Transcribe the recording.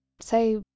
say